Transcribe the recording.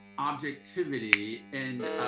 objectivity and